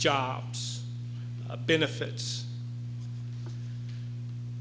jobs benefits